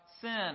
sin